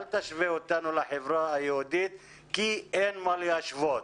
אל תשווה אותנו לחברה היהודית כי אין מה להשוות.